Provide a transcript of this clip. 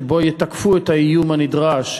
שבה יתַקפו את האיום הנדרש,